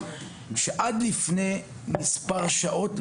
עד לפני מספר שעות,